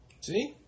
See